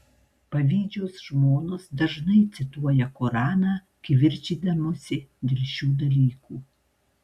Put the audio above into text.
pavydžios žmonos dažnai cituoja koraną kivirčydamosi dėl šių dalykų